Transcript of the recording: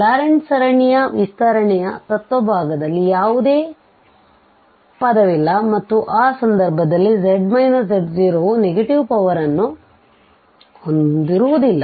Laurent ಸರಣಿಯ ವಿಸ್ತರಣೆಯ ತತ್ವ ಭಾಗದಲ್ಲಿ ಯಾವುದೇ ಪದವಿಲ್ಲ ಮತ್ತು ಆ ಸಂದರ್ಭದಲ್ಲಿ z z0ವು ನೆಗೆಟಿವ್ ಪವರ್ ನ್ನು ಹೊಂದಿರುವುದಿಲ್ಲ